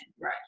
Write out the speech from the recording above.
right